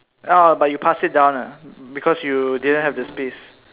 ah but you pass it down ah because you didn't have the space